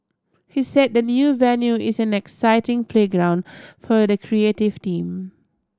he said the new venue is an exciting playground for the creative team